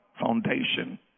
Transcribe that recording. foundation